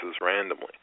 randomly